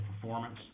performance